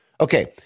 Okay